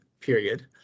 period